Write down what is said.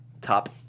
top